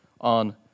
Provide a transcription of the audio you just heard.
on